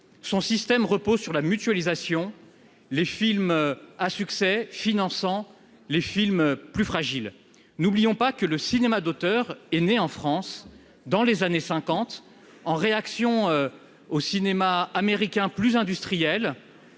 son système repose sur la mutualisation, les films à succès finançant les films plus fragiles, n'oublions pas que le cinéma d'auteur est né en France dans les années 50 en réaction au cinéma américain plus industriel